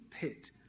pit